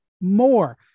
more